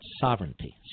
sovereignty